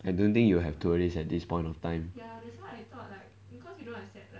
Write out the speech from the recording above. I don't think you will have tourists at this point of time